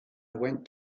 went